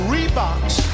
Reeboks